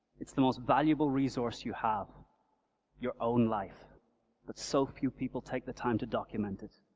it's the most valuable resource you have your own life. but so few people take the time to document it.